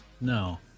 No